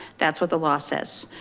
that's what the law says.